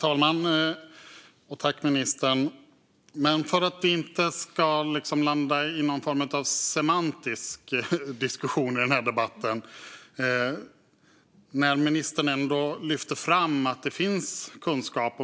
Herr talman! Jag vill inte att vi ska landa i någon form av semantisk diskussion i den här debatten. Ministern lyfte fram att det finns kunskap.